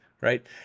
right